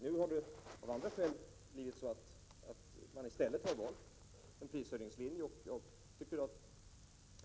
Nu har det av andra skäl blivit så att man i stället har valt en prishöjningslinje.